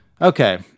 Okay